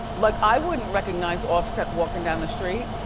like, i wouldn't recognize offset walkin' down the street,